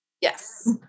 Yes